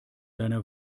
deiner